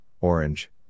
Orange